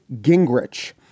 Gingrich